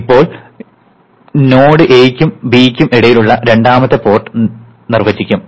ഇപ്പോൾ ഞാൻ node a ക്കും b ക്കും ഇടയിലുള്ള രണ്ടാമത്തെ പോർട്ട് നിർവചിക്കും